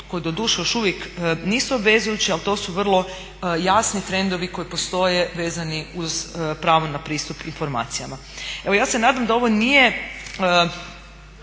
koji doduše još uvijek nisu obvezujući ali to su vrlo jasni trendovi koji postoje vezani uz pravo na pristup informacijama. Evo ja se nadam da ovo nije